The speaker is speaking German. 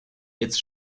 jetzt